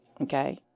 Okay